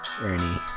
ernie